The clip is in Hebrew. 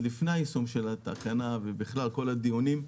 עוד לפני היישום של התקנה ובכלל כל הדיונים,